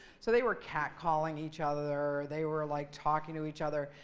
so they were cat calling each other. they were like talking to each other.